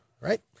Right